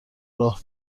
راه